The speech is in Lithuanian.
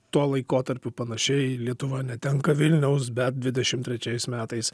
tuo laikotarpiu panašiai lietuva netenka vilniaus bet dvidešimt trečiais metais